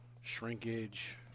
Shrinkage